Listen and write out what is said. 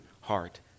heart